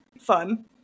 fun